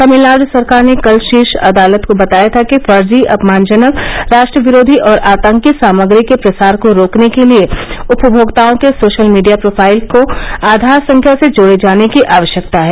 तमिलनाडु सरकार ने कल शीर्ष अदालत को बताया था कि फर्जी अपमानजनक राष्ट्र विरोधी और आतंकी सामग्री के प्रसार को रोकने के लिए उपमोक्ताओं के सोशल मीडिया प्रोफाइल को आधार संख्या से जोड़े जाने की आवश्यकता है